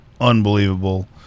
unbelievable